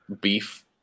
beef